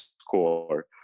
score